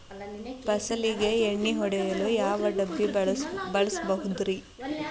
ಫಸಲಿಗೆ ಎಣ್ಣೆ ಹೊಡೆಯಲು ಯಾವ ಡಬ್ಬಿ ಬಳಸುವುದರಿ?